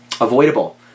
avoidable